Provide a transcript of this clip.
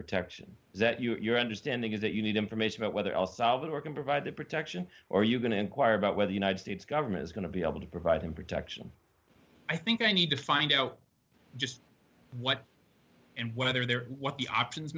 protection that you're understanding is that you need information about whether al salvador can provide that protection or are you going to inquire about whether united states government is going to be able to provide him protection i think i need to find out just what and whether there are what the options